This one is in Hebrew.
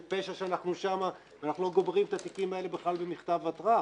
זה פשע שאנחנו שם ואנחנו לא גומרים את התיקים האלה במכתב התראה.